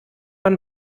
man